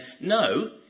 No